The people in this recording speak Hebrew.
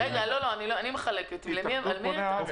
רועי, הערת